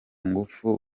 ngufu